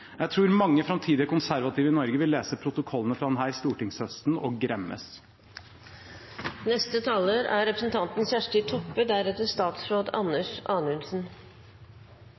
Jeg tror mange framtidige konservative i Norge vil lese protokollen fra denne stortingshøsten og gremmes. Representanten